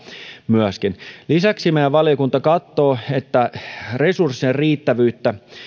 myöskin lisäksi meidän valiokunta katsoo että resurssien riittävyyttä